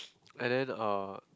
and then uh